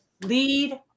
lead